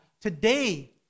Today